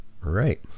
Right